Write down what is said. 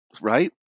right